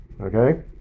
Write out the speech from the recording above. okay